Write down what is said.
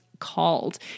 called